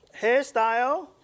hairstyle